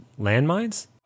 landmines